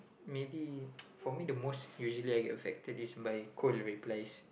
maybe for me the most usually I get affected is by cold replies